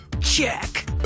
check